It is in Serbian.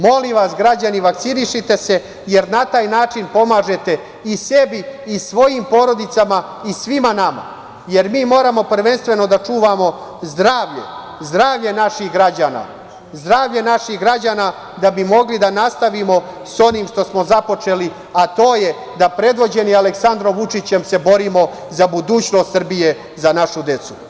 Molim vas građani vakcinišite se, jer na taj način pomažete sebi i svojim porodicama i svima nama, jer mi moramo prvenstveno da čuvamo zdravlje, zdravlje naših građana, zdravlje naših građana da bi mogli da nastavimo s onim što smo započeli, a to je da predvođeni Aleksandrom Vučićem se borimo za budućnost Srbije, za našu decu.